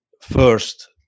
first